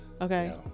Okay